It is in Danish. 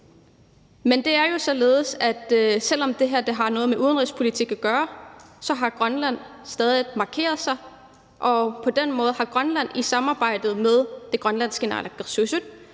Men det er jo således, at selv om det her har noget med udenrigspolitik at gøre, har Grønland stadig markeret sig, og på den måde har Grønland i samarbejde med det grønlandske naalakkersuisut